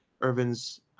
Irvin's